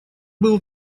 был